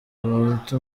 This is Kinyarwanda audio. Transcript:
abahutu